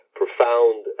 profound